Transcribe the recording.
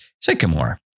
sycamore